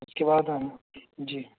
اس کے بعد ہم جی